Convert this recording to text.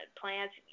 plants